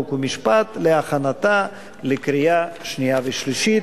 חוק ומשפט להכנתה לקריאה שנייה ושלישית.